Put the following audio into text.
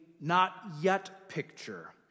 not-yet-picture